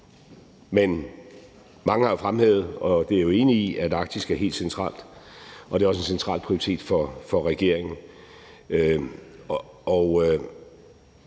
Mange har fremhævet, og det er jeg jo enig i, at Arktis er helt centralt, og det er også en central prioritet for regeringen.